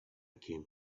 came